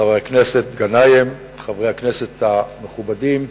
חבר הכנסת גנאים, חברי הכנסת המכובדים,